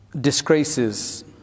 disgraces